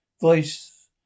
voice